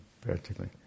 practically